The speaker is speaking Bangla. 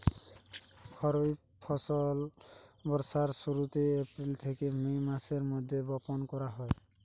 খরিফ ফসল বর্ষার শুরুতে, এপ্রিল থেকে মে মাসের মধ্যে বপন করা হয়